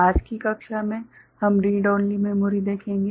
आज की कक्षा में हम रीड ओनली मेमोरी देखेंगे